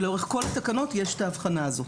לאורך כל התקנות יש את ההבחנה הזאת.